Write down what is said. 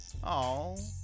Aww